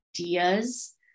ideas